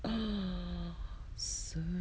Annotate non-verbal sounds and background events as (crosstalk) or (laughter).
(breath)